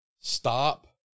stop